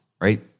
right